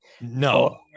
No